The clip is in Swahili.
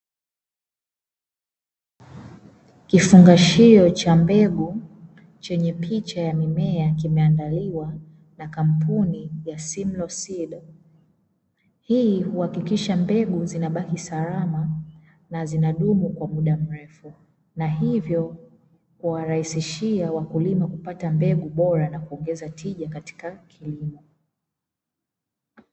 Kifungashio cha mbegu chenye picha ya mimea kimeandaliwa na kampuni ya 'Simlaw seed', hili huhakikisha mbegu zinabaki salama salama na zinadumu kwa muda mrefu; na hivyo kuwarahisishia wakulima kupata mbegu bora na kuongezea tija katika kilimo.